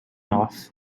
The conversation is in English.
off